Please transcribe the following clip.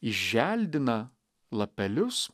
įželdina lapelius